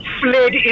fled